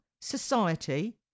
society